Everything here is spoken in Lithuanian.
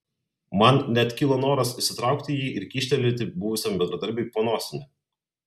man net kilo noras išsitraukti jį ir kyštelėti buvusiam bendradarbiui po nosimi